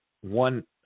one –